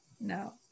No